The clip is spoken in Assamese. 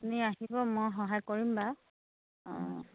আপুনি আহিব মই সহায় কৰিম বাৰু অঁ